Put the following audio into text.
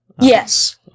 Yes